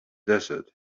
desert